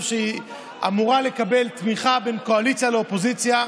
שהיא אמורה לקבל תמיכה מהקואליציה ומהאופוזיציה,